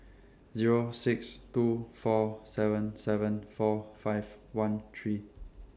Zero six two four seven seven four five one three